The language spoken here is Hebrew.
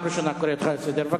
אני קורא אותך לסדר בפעם הראשונה.